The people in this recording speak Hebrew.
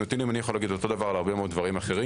אני יכול לומר את זה גם על הרבה מאוד דברים אחרים.